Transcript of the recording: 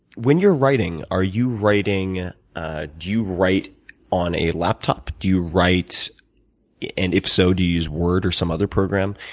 when you're writing, are you writing do you write on a laptop? do you write and if so, do you use word or some other program?